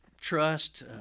trust